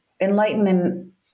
enlightenment